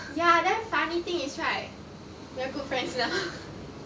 ya damn funny thing is right we're good friends now